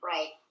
Right